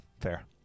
Fair